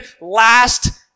last